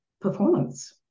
performance